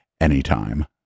anytime